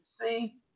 see